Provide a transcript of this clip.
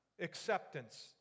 acceptance